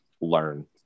learn